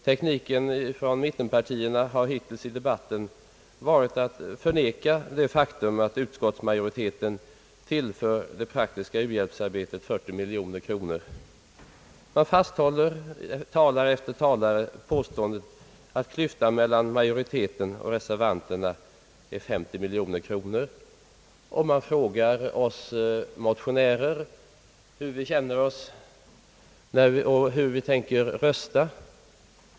Tekniken från mittenpartiernas sida har hittills i debatten varit att förneka det faktum, att utskottsmajoriteten vill tillföra det praktiska u-hjälpsarbetet 40 miljoner kronor. Här vidhåller talare efter talare påståendet att klyftan mellan majoriteten och reservanterna är 50 miljoner kronor, och man frågar oss motionärer hur vi tänker rösta.